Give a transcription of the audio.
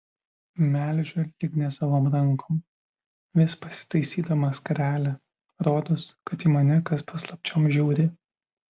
melžiu lyg nesavom rankom vis pasitaisydama skarelę rodos kad į mane kas paslapčiom žiūri